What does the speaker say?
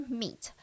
meat